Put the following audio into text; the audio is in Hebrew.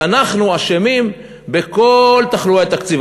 ואנחנו אשמים בכל תחלואי התקציב.